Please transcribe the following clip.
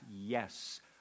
yes